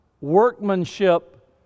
workmanship